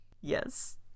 Yes